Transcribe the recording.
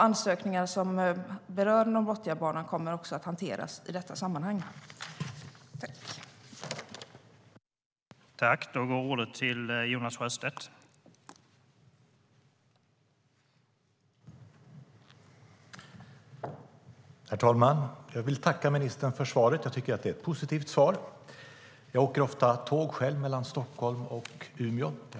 Ansökningar som berör Norrbotniabanan kommer att hanteras i detta sammanhang.